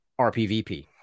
RPVP